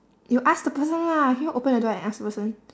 you ask the person lah can you open the door and ask the person